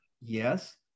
yes